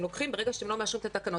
לוקחים ברגע שאתם לא מאשרים את התקנות,